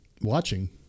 watching